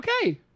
Okay